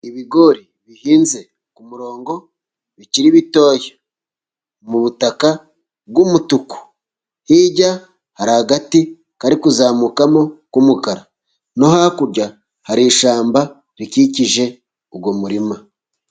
Ibigori bihinze ku murongo bikiri bitoya mu butaka bw'umutuku. Hirya hari agati kari kuzamukamo k'umukara, no hakurya hari ishyamba rikikije uwo murima.